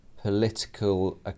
political